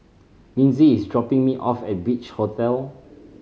Linzy is dropping me off at Beach Hotel